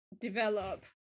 develop